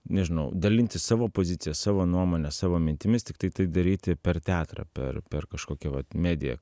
nežinau dalintis savo pozicija savo nuomone savo mintimis tiktai tai daryti per teatrą per per kažkokią vat mediją